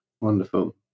Wonderful